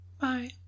bye